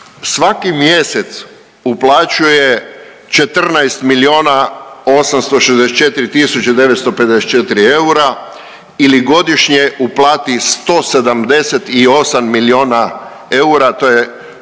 svaki mjesec uplaćuje 14 864 954 eura ili godišnje uplati 178 milijuna eura, to je,